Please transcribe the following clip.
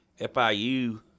FIU